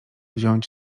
wziąć